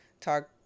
talk